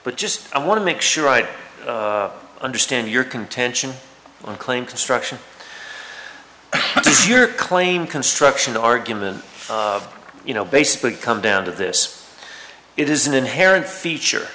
but just i want to make sure i understand your contention i claim construction your claim construction argument you know basically come down to this it is an inherent feature